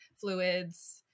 fluids